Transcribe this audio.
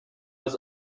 was